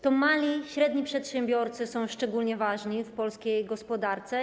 To mali i średni przedsiębiorcy są szczególnie ważni w polskiej gospodarce.